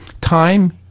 Time